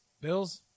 Bills